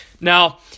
Now